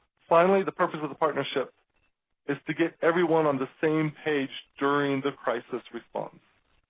finally, the purpose of the partnership is to get everyone on the same page during the crisis response.